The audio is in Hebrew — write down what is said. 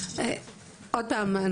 עוד פעם,